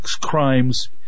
crimes